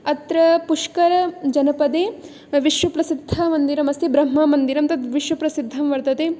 अत्र पुष्करजनपदे विश्वप्रसिद्धमन्दिरम् अस्ति ब्रह्ममन्दिरं तत् विश्वप्रसिद्धं वर्तते